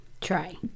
try